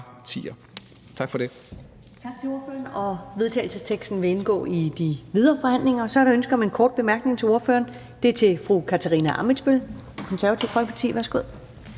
92). Tak for det.